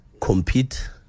compete